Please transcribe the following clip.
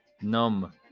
Num